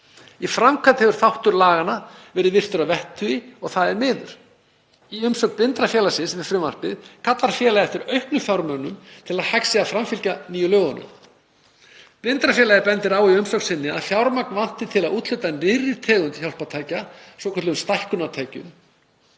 Í framkvæmd hefur sá þáttur laganna verði virtur að vettugi og er það miður. Í umsögn Blindrafélagsins um frumvarpið kallar félagið eftir auknum fjármunum til að hægt sé að framfylgja nýju lögunum. Blindrafélagið bendir á í umsögn sinni að fjármagn vanti til að úthluta nýrri tegund hjálpartækja, svokölluðum stækkunartækjum.